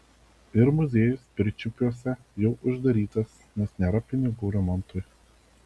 ir muziejus pirčiupiuose jau uždarytas nes nėra pinigų remontui